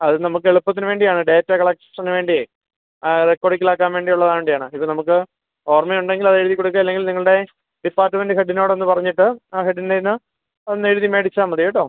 അത് നമുക്കെളുപ്പത്തിന് വേണ്ടിയാണ് ഡേറ്റാ കളക്ഷന് വേണ്ടിയേ ആ റെക്കോർഡിക്കലാക്കാൻ വേണ്ടിയുള്ള വേണ്ടിയാണ് ഇത് നമുക്ക് ഓർമ്മയുണ്ടെങ്കിലതെഴുതി കൊടുക്കാൻ അല്ലെങ്കിൽ നിങ്ങളുടെ ഡിപ്പാർട്ട്മെൻറ്റ് ഹെഡിനോടൊന്ന് പറഞ്ഞിട്ട് ആ ഹെഡിൻറ്റേന്ന് ഒന്നെഴുതി മേടിച്ചാൽ മതി കേട്ടോ